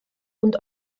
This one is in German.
und